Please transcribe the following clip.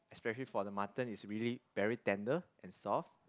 especially for the mutton is really very tender and soft